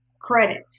credit